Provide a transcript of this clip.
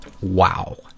Wow